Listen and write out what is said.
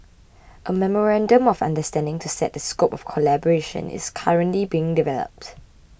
a memorandum of understanding to set the scope of collaboration is currently being developed